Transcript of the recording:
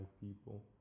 people